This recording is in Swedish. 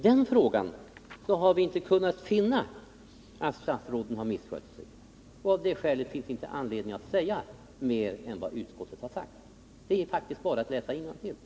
Vi har inte kunnat finna att statsråden misskött sig, och av det skälet finns det inte anledning att säga mer än vad utskottet har sagt. Det är faktiskt bara att läsa innantill.